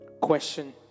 question